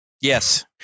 Yes